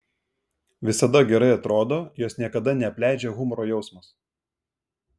visada gerai atrodo jos niekada neapleidžia humoro jausmas